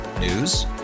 News